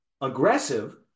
aggressive